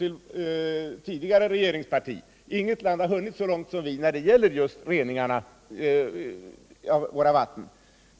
På den punkten har vi anledning att ge en eloge till det tidigare regeringspartiet.